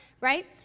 right